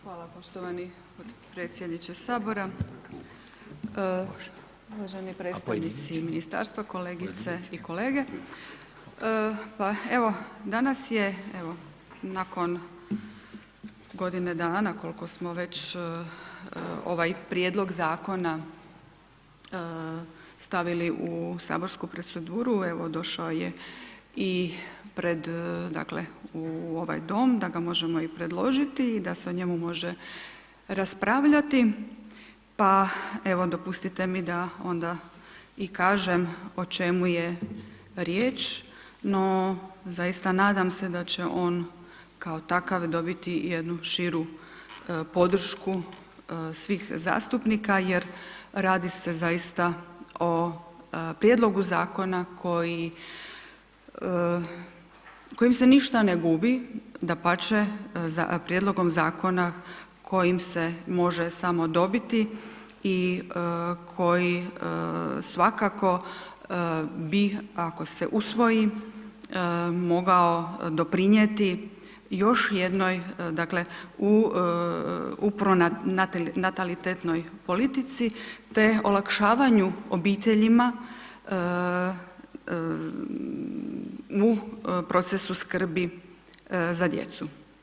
Hvala poštovani podpredsjedniče sabora, uvaženi predstavnici ministarstva, kolegice i kolege, pa evo danas je evo nakon godine dana kolko smo već ovaj prijedlog zakona stavili u saborsku proceduru, evo došao je i pred dakle u ovaj dom, da ga možemo i predložiti i da se o njemu može raspravljati, pa evo dopustite mi da onda i kažem o čemu je riječ, no zaista nadam se da će on kao takav dobiti i jednu širu podršku svih zastupnika jer radi se zaista o prijedlogu zakona koji, kojim se ništa ne gubi, dapače, prijedlogom zakona kojim se može samo dobiti i koji svakako bi ako se usvoji mogao doprinijeti još jednoj dakle, u pronatalitetnoj politici te olakšavanju obiteljima u procesu skrbi za djecu.